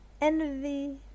envy